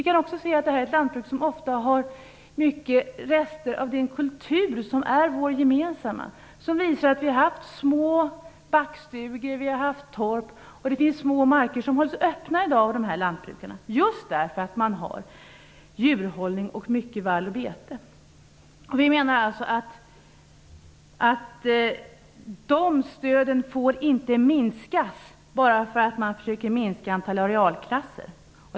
Det gäller ofta ett lantbruk som har många rester av vår gemensamma kultur, som visar att vi har haft små backstugor och torp. Det finns små marker som i dag hålls öppna av dessa lantbrukare - just därför att de har djurhållning och mycket vall och bete. Vi menar att de stöden inte får minskas bara för att man försöker minska antalet arealklasser.